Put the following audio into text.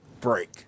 break